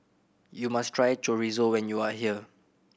you must try Chorizo when you are here